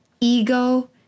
ego